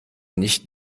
nicht